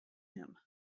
him